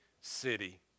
city